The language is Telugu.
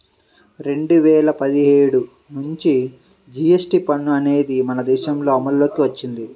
రెండు వేల పదిహేడు నుంచి జీఎస్టీ పన్ను అనేది మన దేశంలో అమల్లోకి వచ్చింది